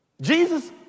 Jesus